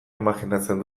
imajinatzen